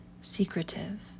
Secretive